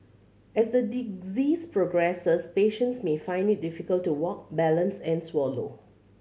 as the disease progresses patients may find it difficult to walk balance and swallow